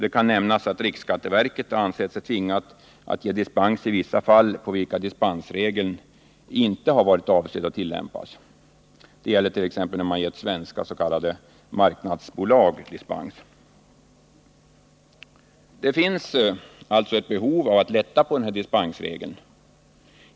Det kan nämnas att riksskatteverket ansett sig tvingat att ge dispens i vissa fall för vilka dispensregeln inte varit avsedd att tillämpas. Det gäller t.ex. dispenser till svenska s.k. marknadsbolag. Det finns alltså ett behov av att lätta på dispensregeln.